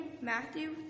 Matthew